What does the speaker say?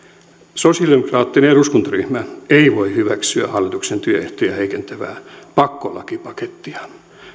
sosialidemokraattinen eduskuntaryhmä ei voi hyväksyä hallituksen työehtoja heikentävää pakkolakipakettia